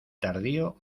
tardío